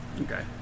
Okay